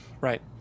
Right